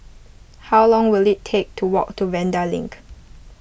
how long will it take to walk to Vanda Link